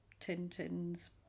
Tintin's